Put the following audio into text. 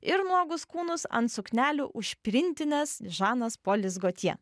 ir nuogus kūnus ant suknelių užprintinęs žanas polis gotjė